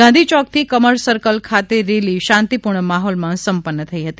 ગાંધી ચોક થી કમળ સર્કલ ખાતે રેલી શાંતિપૂર્ણ માહોલ માં સંપન્ન થઈ હતી